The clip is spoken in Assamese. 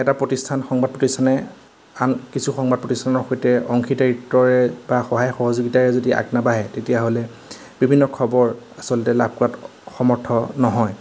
এটা প্ৰতিষ্ঠান সংবাদ প্ৰতিষ্ঠানে আন কিছু সংবাদ প্ৰতিষ্ঠানৰ সৈতে অংশীদাৰিত্বৰে বা সহায় সহযোগিতাৰে যদি আগ নাবাঢ়ে তেতিয়াহ'লে বিভিন্ন খবৰ আচলতে লাভ কৰাত সমৰ্থ নহয়